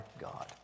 God